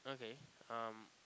okay um